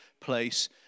place